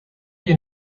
you